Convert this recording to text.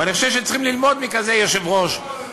ואני חושב שצריכים ללמוד מיושב-ראש כזה.